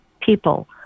people